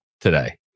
today